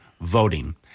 voting